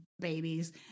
babies